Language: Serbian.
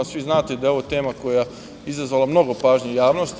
Svi znate da je ovo tema koja je izazvala mnogo pažnje u javnosti.